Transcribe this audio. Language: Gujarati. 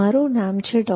મારું નામ છે ડો